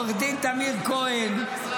לעו"ד תמיר כהן,